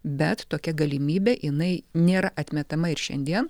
bet tokia galimybė jinai nėra atmetama ir šiandien